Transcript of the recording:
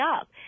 up